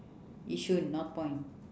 yishun northpoint